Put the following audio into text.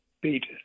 beat